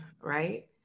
right